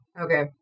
Okay